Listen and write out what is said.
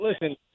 listen